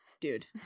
Dude